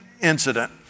incident